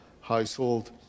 household